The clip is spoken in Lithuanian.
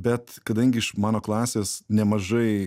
bet kadangi iš mano klasės nemažai